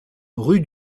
rue